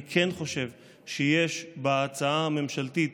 אני כן חושב שיש בהצעה הממשלתית,